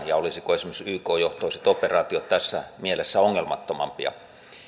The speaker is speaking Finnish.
ja olisivatko esimerkiksi yk johtoiset operaatiot tässä mielessä ongelmattomampia